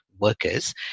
workers